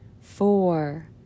four